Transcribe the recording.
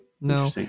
No